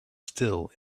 still